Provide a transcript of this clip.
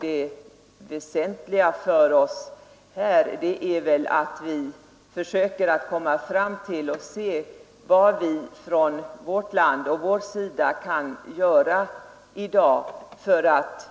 Det väsentliga för oss är att vi försöker komma fram till vad vi från vårt land kan göra i dag för att